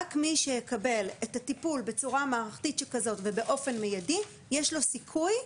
רק מי שיקבל את הטיפול בצורה מערכתית שכזאת ובאופן מיידי יש לו סיכוי,